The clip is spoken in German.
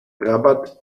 rabat